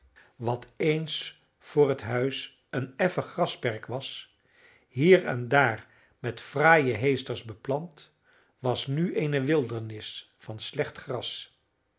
wat eens voor het huis een effen grasperk was hier en daar met fraaie heesters beplant was nu eene wildernis van slecht gras